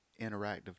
interactive